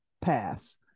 pass